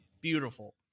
Beautiful